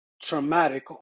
traumatic